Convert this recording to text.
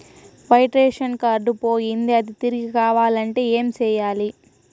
white ration card పోయింది అది తిరిగి కావాలంటే ఏం సేయాలి